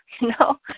No